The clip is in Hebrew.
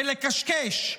בלקשקש,